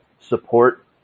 support